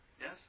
Yes